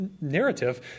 narrative